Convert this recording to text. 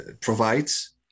provides